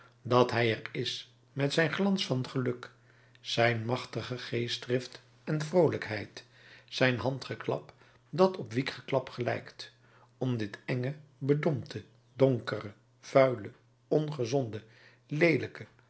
dat hij er is met zijn glans van geluk zijn machtige geestdrift en vroolijkheid zijn handgeklap dat op wiekgeklap gelijkt om dit enge bedompte donkere vuile ongezonde leelijke